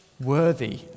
worthy